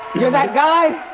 you're that guy.